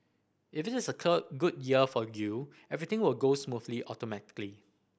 if it is a good year for you everything will go smoothly automatically